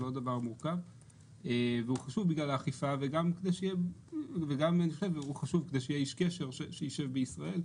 זה לא דבר מורכב והוא חשוב בגלל האכיפה וגם שיהיה איש קשר שישב בישראל.